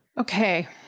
Okay